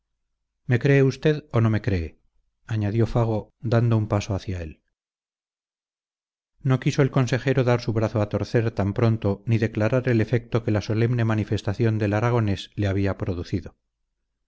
me cree usted o no me cree añadió fago dando un paso hacia él no quiso el consejero dar su brazo a torcer tan pronto ni declarar el efecto que la solemne manifestación del aragonés le había producido